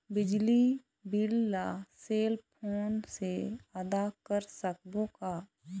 बिजली बिल ला cell phone से आदा कर सकबो का?